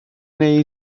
neu